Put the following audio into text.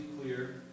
clear